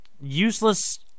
useless